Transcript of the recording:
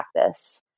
practice